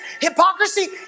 Hypocrisy